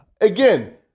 again